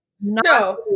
No